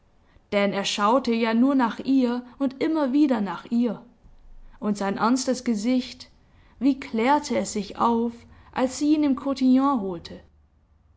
denn er schaute ja nur nach ihr und immer wieder nach ihr und sein ernstes gesicht wie klärte es sich auf als sie ihn im kotillon holte